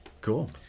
Cool